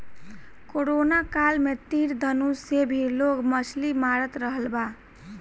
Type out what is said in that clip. corona काल में तीर धनुष से भी लोग मछली मारत रहल हा